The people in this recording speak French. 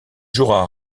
jouera